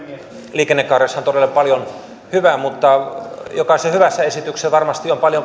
on todella paljon hyvää mutta jokaisessa hyvässä esityksessä varmasti on paljon